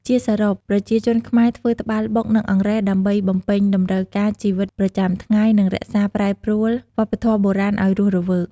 ជាសរុប ប្រជាជនខ្មែរធ្វើត្បាល់បុក និងអង្រែដើម្បីបំពេញតម្រូវការជីវិតប្រចាំថ្ងៃ និងរក្សាប្រែប្រួលវប្បធម៌បុរាណឲ្យរស់រវើក។